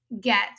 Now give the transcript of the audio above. get